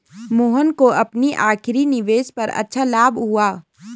मोहन को अपनी आखिरी निवेश पर अच्छा लाभ हुआ